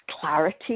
clarity